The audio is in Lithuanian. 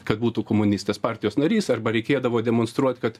kad būtų komunistas partijos narys arba reikėdavo demonstruot kad